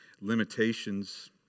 limitations